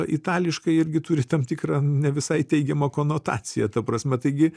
itališkai irgi turi tam tikrą ne visai teigiamą konotaciją ta prasme taigi